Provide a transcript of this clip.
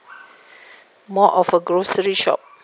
more of a grocery shop